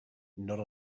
not